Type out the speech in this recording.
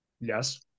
Yes